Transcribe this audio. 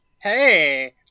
Hey